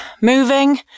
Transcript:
moving